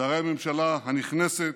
שרי הממשלה הנכנסת,